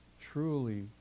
truly